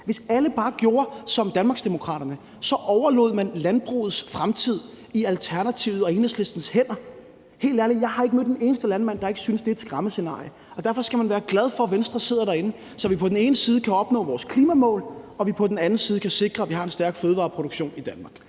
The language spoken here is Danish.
Hvis alle bare gjorde som Danmarksdemokraterne, lagde man landbrugets fremtid i Alternativets og Enhedslistens hænder. Helt ærligt har jeg ikke mødt en eneste landmand, der ikke synes, det er et skræmmescenarie. Derfor skal man være glad for, at Venstre sidder derinde, så vi på den ene side kan opnå vores klimamål og på den anden side kan sikre, at vi har en stærk fødevareproduktion i Danmark.